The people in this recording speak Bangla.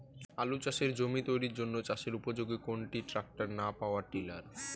আলু চাষের জমি তৈরির জন্য চাষের উপযোগী কোনটি ট্রাক্টর না পাওয়ার টিলার?